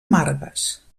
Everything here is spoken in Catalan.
margues